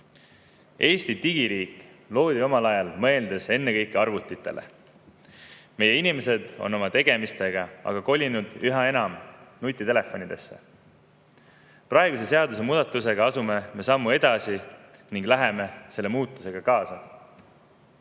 Eesti digiriik loodi omal ajal, mõeldes ennekõike arvutitele, meie inimesed on oma tegemistega aga kolinud üha enam nutitelefonidesse. Praeguse seadusemuudatusega astume me sammu edasi ning läheme selle muutusega kaasa.